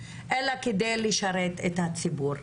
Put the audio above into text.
אלא כדי לשרת את הציבור,